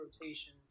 rotation